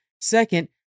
Second